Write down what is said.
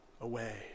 away